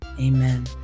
Amen